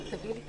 חברים,